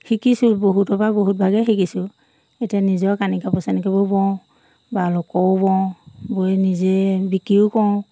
শিকিছো বহুতৰ পৰা বহুত ভাগেই শিকিছোঁ এতিয়া নিজৰ কানি কাপোৰ চানি কাপোৰ বওঁ বা লোকৰো বওঁ বৈ নিজে বিক্ৰীও কৰো